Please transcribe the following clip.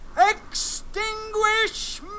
extinguish